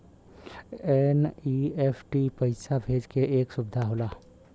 NEFT पइसा भेजे क एक सुविधा होला